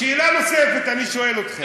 שאלה נוספת אני שואל אותך,